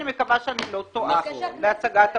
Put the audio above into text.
אני מקווה שאני לא טועה בהצגת העובדות.